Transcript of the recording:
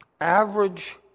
Average